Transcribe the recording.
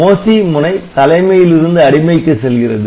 MOSI முனை தலைமையில் இருந்து அடிமைக்கு செல்கிறது